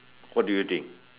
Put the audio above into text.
what do you think